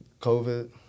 COVID